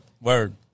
word